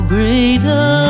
greater